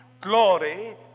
Glory